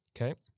Okay